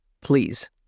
Please